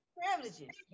privileges